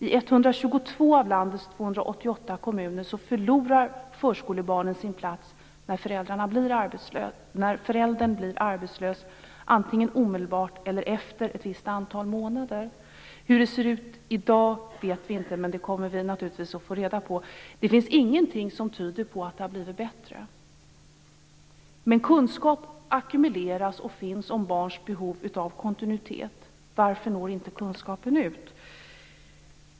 I 122 av landets 288 kommuner förlorar förskolebarnen sin plats när föräldern blir arbetslös - antingen omedelbart eller efter ett visst antal månader. Hur det ser ut i dag vet vi inte, men det kommer vi naturligtvis att få reda på. Det finns ingenting som tyder på att det har blivit bättre. Kunskap ackumuleras och finns om barns behov av kontinuitet. Varför når inte kunskapen ut?